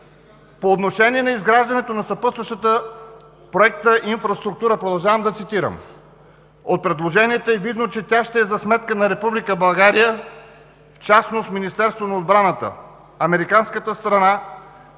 По отношение на изграждането на съпътстващата проекта инфраструктура, продължавам да цитирам: „От предложенията е видно, че тя ще е за сметка на Република България, в частност Министерството на отбраната. Американската страна